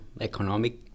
economic